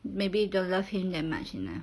maybe don't love him that much enough